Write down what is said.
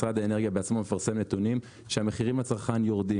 משרד האנרגיה בעצמו מפרסם נתונים שהמחירים לצרכן יורדים